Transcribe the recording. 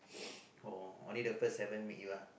oh only the first haven't meet you ah